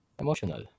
emotional